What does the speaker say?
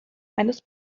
eines